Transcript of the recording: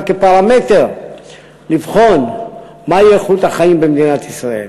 כפרמטר לבחון מהי איכות החיים במדינת ישראל.